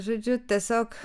žodžiu tiesiog